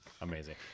Amazing